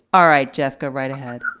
all right, jeff, go right ahead.